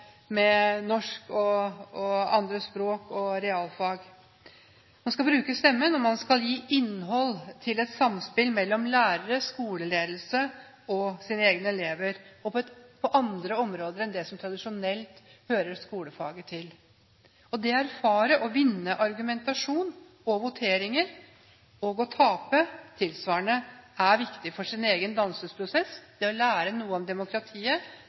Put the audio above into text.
norsk, andre språk og realfag. Man skal bruke stemmen, og man skal gi innhold til et samspill mellom lærere, skoleledelse og egne medelever på andre områder enn det som tradisjonelt hører skolefaget til. Det å erfare og vinne argumentasjoner og voteringer og å tape tilsvarende er viktig for egen dannelsesprosess – det å lære noe om demokratiet.